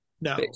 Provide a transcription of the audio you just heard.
No